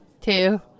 two